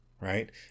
right